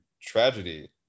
tragedy